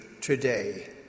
today